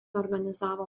organizavo